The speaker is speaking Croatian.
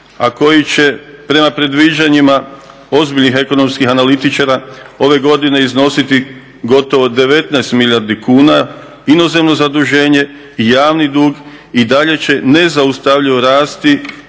a koji će prema predviđanjima ozbiljnih ekonomskih analitičara ove godine iznositi gotovo 19 milijardi kuna inozemno zaduženje i javni dug i dalje će nezaustavljivo rasti